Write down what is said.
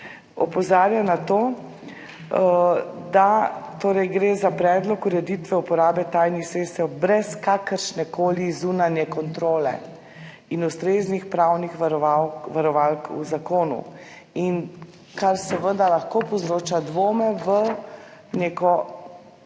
opozarja na to, da gre za predlog ureditve uporabe tajnih sredstev brez kakršnekoli zunanje kontrole in ustreznih pravnih varovalk v zakonu, kar seveda lahko povzroča dvome v neko